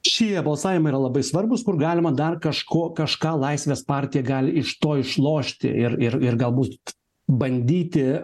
šie balsavimai yra labai svarbūs kur galima dar kažko kažką laisvės partija gali iš to išlošti ir ir ir galbūt bandyti